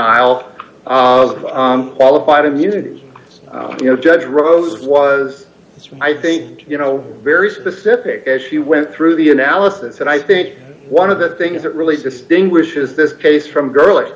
denial of qualified immunity you know judge rose was i think you know very specific as she went through the analysis and i think one of the things that really distinguishes this case from gurli